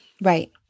Right